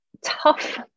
tough